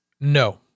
No